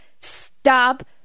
Stop